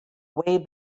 way